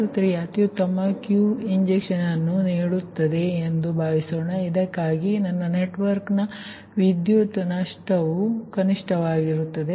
ಉದಾಹರಣೆಗೆ ಬಸ್ 3 ಅತ್ಯುತ್ತಮವಾದ Q injection ಅನ್ನು ನೀಡುತ್ತಿದೆ ಎಂದು ಭಾವಿಸೋಣ ಇದಕ್ಕಾಗಿ ನನ್ನ ನೆಟ್ವರ್ಕ್ನ ವಿದ್ಯುತ್ ನಷ್ಟವು ಕನಿಷ್ಠವಾಗಿರುತ್ತದೆ